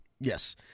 Yes